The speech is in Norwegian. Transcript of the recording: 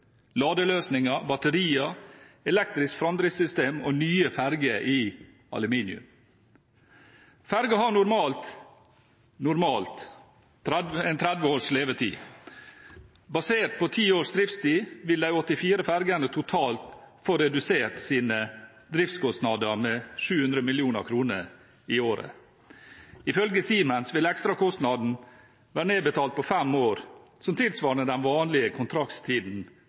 ladeløsninger, batterier, elektrisk framdriftssystem og nye ferger i aluminium. Ferger har normalt 30 års levetid. Basert på 10 års driftstid vil de 84 fergene totalt få redusert sine driftskostnader med 700 mill. kr i året. Ifølge Siemens vil ekstrakostnaden være nedbetalt på fem år, som tilsvarer den vanlige kontraktstiden